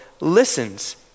listens